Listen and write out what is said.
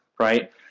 right